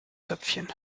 töpfchen